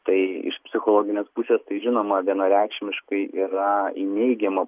tai iš psichologinės pusės tai žinoma vienareikšmiškai yra į neigiamą